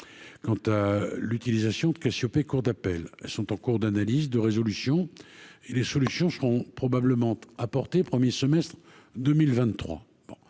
quant à l'utilisation de Cassiopée, cour d'appel, elles sont en cours d'analyse de résolution et les solutions seront probablement apporté 1er semestre 2023